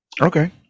Okay